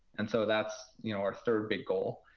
and so that's you know our third big goal.